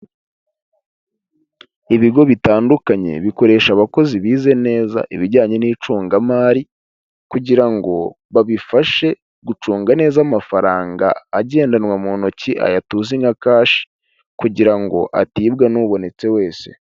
Ibigo bitandukanye bikoresha abakozi bize neza ibijyanye n'icungamari kugira ngo babifashe gucunga neza amafaranga agendanwa mu ntoki, aya tuzi nka kashi kugira ngo atibwa n'ubonetse wese.